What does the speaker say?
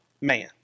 man